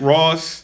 Ross